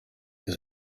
ihr